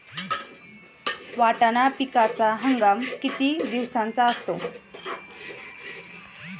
वाटाणा पिकाचा हंगाम किती दिवसांचा असतो?